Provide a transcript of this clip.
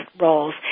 roles